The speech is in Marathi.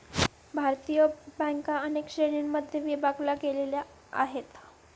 भारतीय बँका अनेक श्रेणींमध्ये विभागल्या गेलेल्या आहेत